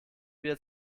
wir